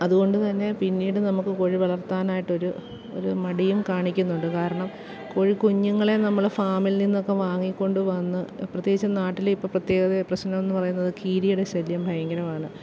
അതുകൊണ്ട് തന്നെ പിന്നീട് നമുക്ക് കോഴി വളർത്താനായിട്ടൊരു ഒരു മടിയും കാണിക്കുന്നുണ്ട് കാരണം കോഴിക്കുഞ്ഞുങ്ങളെ നമ്മള് ഫാമിൽ നിന്നൊക്കെ വാങ്ങികൊണ്ട് വന്ന് പ്രത്യേകിച്ചും നാട്ടില് ഇപ്പോൾ പ്രത്യേകത പ്രശ്നം എന്ന് പറയുന്നത് കീരിയുടെ ശല്യം ഭയങ്കരമാണ്